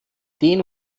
den